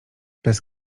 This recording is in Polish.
bez